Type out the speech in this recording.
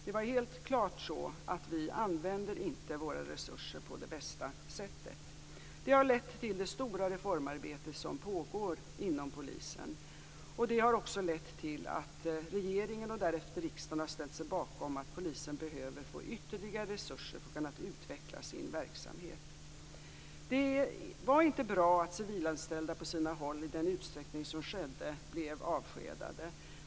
Det var helt klart så att vi inte använder våra resurser på det bästa sättet. Det har lett till det stora reformarbete som pågår inom polisen. Det har också lett till att regeringen och därefter riksdagen har ställt sig bakom att polisen behöver få ytterligare resurser för att kunna utveckla sin verksamhet. Det var inte bra att civilanställda blev avskedade i den utsträckning som skedde på sina håll.